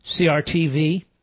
CRTV